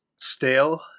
stale